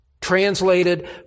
translated